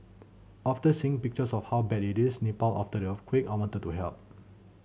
after seeing pictures of how bad it is Nepal after the earthquake I wanted to help